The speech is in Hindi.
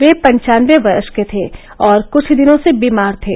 वे पंचानबे वर्ष के थे और कुछ दिनों से बीमार थे